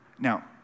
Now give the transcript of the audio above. Now